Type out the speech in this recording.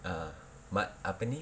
ah but apa ni